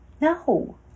No